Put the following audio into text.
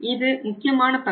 இது முக்கியமான பகுதி